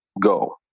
go